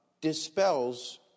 dispels